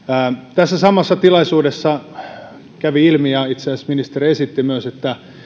tässä samassa tilaisuudessa kävi ilmi ja itse asiassa ministeri esitti myös että kun